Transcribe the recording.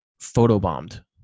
photobombed